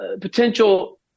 potential